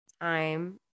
time